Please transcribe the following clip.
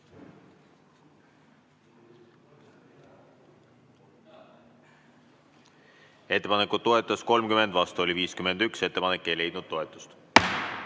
Ettepanekut toetas 30, vastu oli 51. Ettepanek ei leidnud toetust.